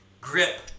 grip